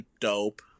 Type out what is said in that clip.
dope